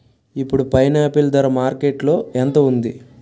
ఇప్పుడు పైనాపిల్ ధర మార్కెట్లో ఎంత ఉంది?